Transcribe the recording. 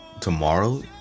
tomorrow